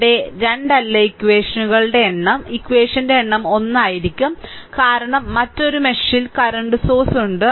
ഇവിടെ 2 അല്ല ഇക്വഷനുകളുടെ എണ്ണം ഇക്വഷന്റെ എണ്ണം 1 ആയിരിക്കും കാരണം മറ്റൊരു മെഷിൽ കറന്റ് സോഴ്സ് ഉണ്ട്